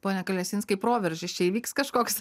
pone kalesinskai proveržis čia įvyks kažkoks